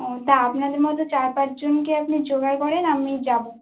ও তা আপনাদের মতো চার পাঁচজনকে আপনি জোগাড় করেন আমি যাবো